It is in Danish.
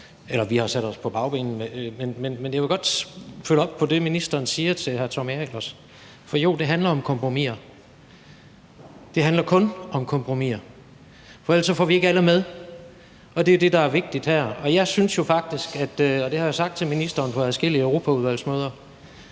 vi har sat os på bagbenene. Men jeg vil godt følge op på det, ministeren siger til hr. Tommy Ahlers. For jo, det handler om kompromiser. Det handler kun om kompromiser, for ellers får vi ikke alle med, og det er det, der er vigtigt her. Jeg er jo meget glad for – og det har jeg sagt til ministeren på adskillige europaudvalgsmøder